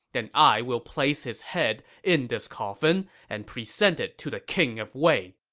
then i will place his head in this coffin and present it to the king of wei.